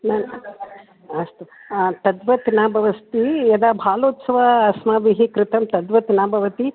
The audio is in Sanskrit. न अस्तु तद्वत् न भवति यदा बालोत्सवः अस्माभिः कृतः तद्वत् न भवति